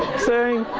saying,